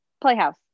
Playhouse